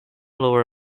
lower